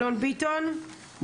אלון ביטון,